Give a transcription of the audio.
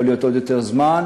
יכול להיות עוד יותר זמן.